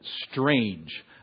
strange